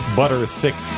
butter-thick